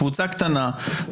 קבוצה קטנה,